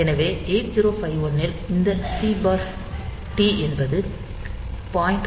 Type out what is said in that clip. எனவே 8051 ல் இந்த சி டி என்பது 0